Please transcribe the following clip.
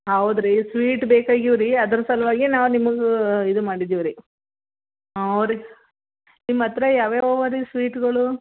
ಹೌದ್ ರೀ ಸ್ವೀಟ್ ಬೇಕಾಗಿವೆ ರೀ ಅದ್ರ ಸಲುವಾಗಿ ನಾವು ನಿಮಗೆ ಇದು ಮಾಡಿದೀವಿ ರೀ ಹ್ಞೂ ರೀ ನಿಮ್ಮ ಹತ್ರ ಯಾವ್ಯಾವು ಅದೆ ಸ್ವೀಟುಗಳು